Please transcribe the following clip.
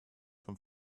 vom